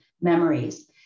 memories